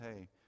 hey